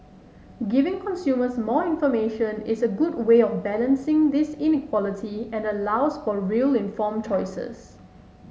giving consumers more information is a good way of balancing this inequality and allows for real informed choices